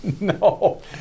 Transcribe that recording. No